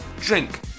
drink